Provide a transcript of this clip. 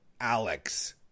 Alex